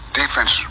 defense